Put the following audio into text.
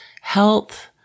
health